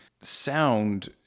sound